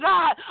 God